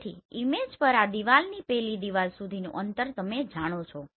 તેથી ઈમેજ પર આ દીવાલથી પેલી દીવાલ સુધીનું અંતર તમે જાણો છો